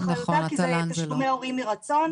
אחריותה כי מדובר בתשלומי הורים מרצון.